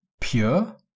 pure